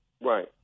Right